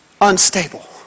unstable